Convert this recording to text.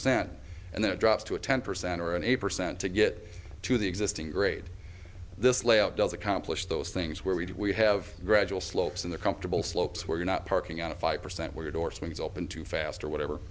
percent and then it drops to a ten percent or an eight percent to get to the existing grade this layout does accomplish those things where we do we have gradual slopes in the comfortable slopes where you're not parking out five percent where your door swings open too fast or whatever